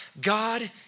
God